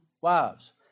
wives